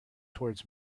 towards